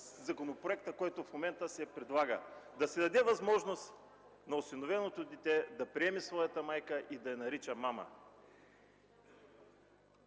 законопроекта, който в момента се предлага – да се даде възможност на осиновеното дете да приеме своята майка и да я нарича „мама”.